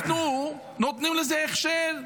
אנחנו נותנים לזה הכשר,